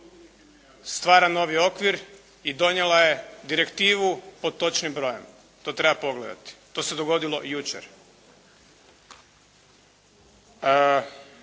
Stvara novi okvir i donijela je direktivu pod točnim brojem. To treba pogledati. To se dogodilo jučer.